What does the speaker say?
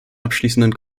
abschließenden